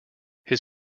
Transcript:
his